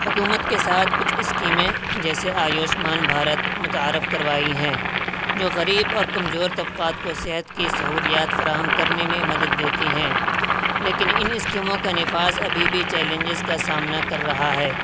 حکومت کے ساتھ کچھ اسکیمیں جیسے آیوشمان بھارت متعارف کروائی ہیں جو غریب اور کمزور طبقات کو صحت کی سہولیات فراہم کرنے میں مدد دیتی ہیں لیکن ان اسکیموں کا نفاذ ابھی بھی چیلنجز کا سامنا کر رہا ہے